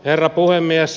herra puhemies